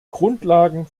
grundlagen